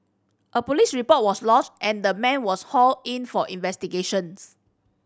a police report was lodged and the man was hauled in for investigations